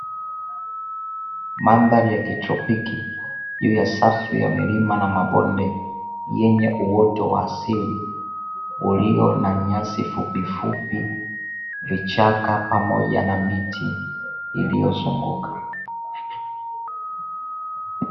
Mandhari ya kitropiki juu ya safu ya milima na mabonde yenye uoto wa asili ulio na nyasi fupifupi, vichaka pamoja na miti iliyozunguka.